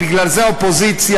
לכן האופוזיציה,